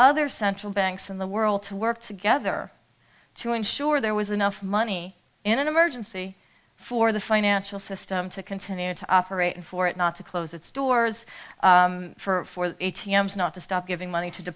other central banks in the world to work together to ensure there was enough money in an emergency for the financial system to continue to operate and for it not to close its doors for a t m s not to stop giving money to